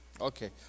Okay